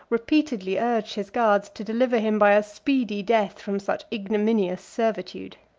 repeatedly urged his guards to deliver him by a speedy death from such ignominious servitude.